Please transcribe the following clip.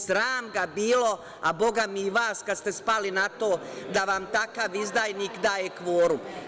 Sram ga bilo, a Boga mi i vas, kad ste spali na to da vam takav izdajnik daje kvorum.